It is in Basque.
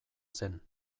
zen